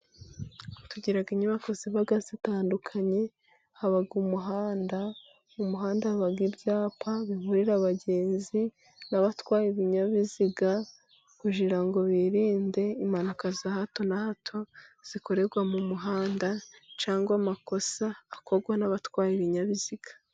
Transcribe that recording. Tugira inyubako ziba zitandukanye, haba umuhanda mu muhanda haba ibyapa, biburira abagenzi n'abatwaye ibinyabiziga, kugirango birinde impanuka, za hato na hato, zikorerwa mu muhanda, cyangwa amakosa akorwa n'abatwaye, ibinyabiziga.